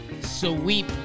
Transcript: sweep